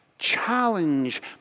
challenge